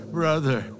brother